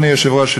אדוני היושב-ראש,